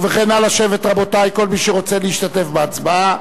ובכן, נא לשבת, רבותי, כל מי שרוצה להשתתף בהצבעה.